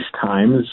times